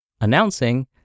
Announcing